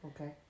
Okay